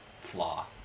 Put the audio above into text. flaw